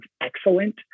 excellent